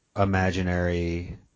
imaginary